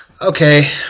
Okay